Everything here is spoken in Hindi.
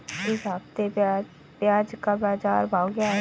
इस हफ्ते प्याज़ का बाज़ार भाव क्या है?